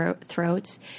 throats